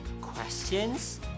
questions